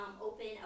open